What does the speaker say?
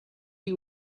you